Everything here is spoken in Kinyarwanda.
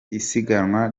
isiganwa